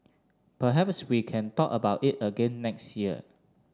perhaps we can talk about it again next year